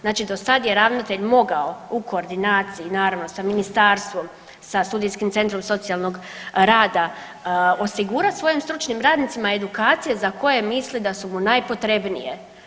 Znači do sad je ravnatelj mogao u koordinaciji naravno sa ministarstvom, sa studijskim centrom socijalnog rada osigurat svojim stručnim radnicima edukacije za koje misli da su mu najpotrebnije.